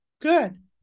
Good